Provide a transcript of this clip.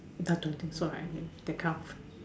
uh don't think so right that kind of